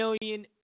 million